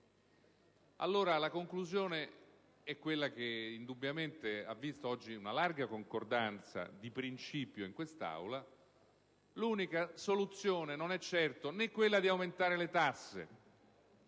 La conclusione è quella che indubbiamente ha visto oggi una larga concordanza di principio in quest'Aula. L'unica soluzione non è certo quella di aumentare le tasse,